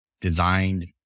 designed